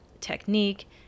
technique